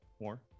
More